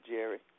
Jerry